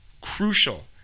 crucial